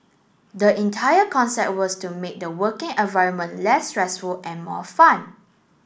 the entire concept was to make the working environment less stressful and more fun